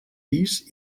pis